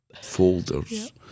folders